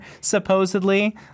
supposedly